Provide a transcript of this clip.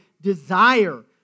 desire